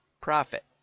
profit